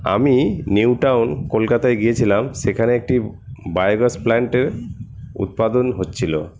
আমি নিউটাউন কলকাতায় গিয়েছিলাম সেখানে একটি বায়োগ্যাস প্ল্যান্টের উৎপাদন হচ্ছিল